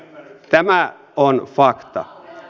tämä on fakta